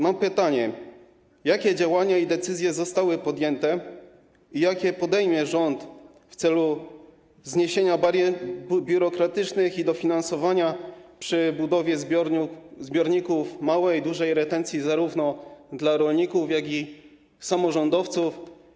Mam pytanie: Jakie działania i decyzje zostały podjęte i jakie podejmie rząd w celu zniesienia barier biurokratycznych i dofinansowania przy budowie zbiorników małej i dużej retencji zarówno rolników, jak i samorządowców?